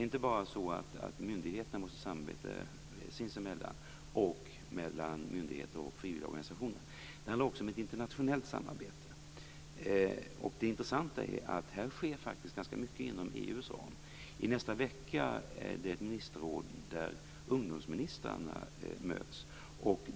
Myndigheterna måste inte bara samarbeta sinsemellan och med frivilliga organisationer. Det handlar också om ett internationellt samarbete. Det intressanta är att det faktiskt sker ganska mycket inom EU:s ram. I nästa vecka är det ett ministerråd där ungdomsministrarna möts.